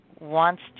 wants